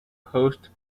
host